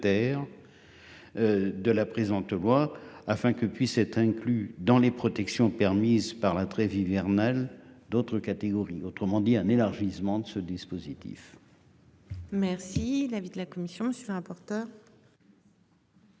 De la présente loi afin que puissent être inclus dans les protections permise par la trêve hivernale. D'autres catégories, autrement dit un élargissement de ce dispositif. Merci. L'avis de la commission je important.